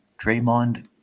Draymond